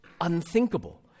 unthinkable